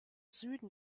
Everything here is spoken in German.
süden